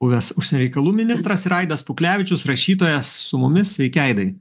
buvęs užsienio reikalų ministras ir aidas puklevičius rašytojas su mumis sveiki aidai